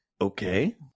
Okay